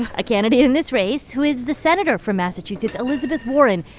a candidate in this race who is the senator from massachusetts elizabeth warren.